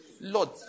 Lord